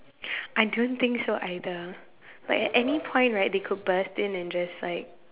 I don't think so either like at any point right they could burst in and just like